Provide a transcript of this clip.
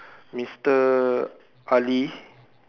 mister Ali